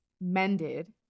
mended